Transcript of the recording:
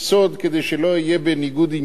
כדי שלא אהיה בניגוד עניינים: